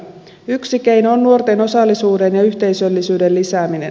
yksi keino on nuorten osallisuuden ja yhteisöllisyyden lisääminen